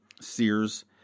Sears